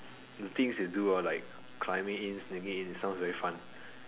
things you do hor like climbing in sneaking in sounds very fun